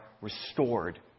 restored